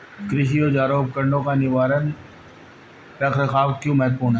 कृषि औजारों और उपकरणों का निवारक रख रखाव क्यों महत्वपूर्ण है?